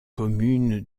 commune